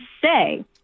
say